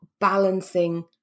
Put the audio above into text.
balancing